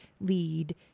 lead